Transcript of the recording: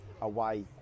away